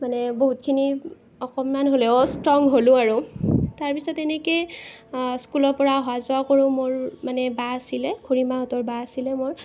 মানে বহুতখিনি অকণমান হ'লেও ষ্ট্ৰং হ'লো আৰু তাৰ পিছত এনেকৈ স্কুলৰ পৰা অহা যোৱা কৰোঁ মোৰ মানে বা আছিলে খুড়ীমাহতঁৰ বা আছিলে মো ৰ